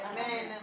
Amen